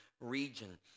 region